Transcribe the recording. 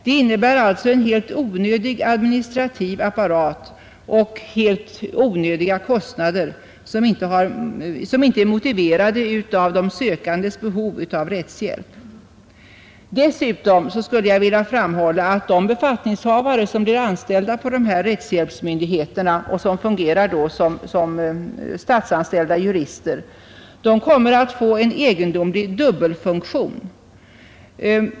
Det innebär alltså en helt onödig administrativ apparat och helt onödiga kostnader, som inte är motiverade av de sökandes behov av rättshjälp. Dessutom skulle jag vilja framhålla att de befattningshavare som blir anställda hos dessa rättshjälpsmyndigheter och som då fungerar som statsanställda jurister kommer att få en egendomlig dubbelfunktion.